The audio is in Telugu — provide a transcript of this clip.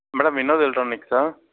మ్యాడమ్ వినోద్ ఎలక్ట్రానిక్సా